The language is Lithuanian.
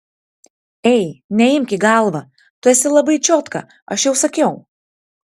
ei neimk į galvą tu esi labai čiotka aš jau sakiau